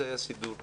זה היה סידור טוב,